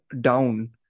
down